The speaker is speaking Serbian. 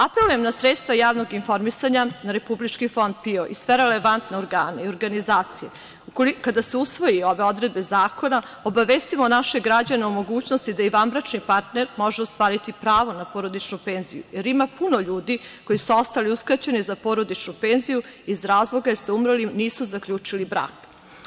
Apelujem na sredstva javnog informisanja, Republički fond PIO i sve relevantne organe i organizacije da kada se usvoje ove odredbe zakona da obavestimo naše građane o mogućnosti da i vanbračni partner može ostvariti pravo na porodičnu penziju, jer ima puno ljudi koji su ostali uskraćeni za porodičnu penziju iz razloga jer sa umrlim nisu zaključili brak.